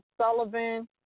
Sullivan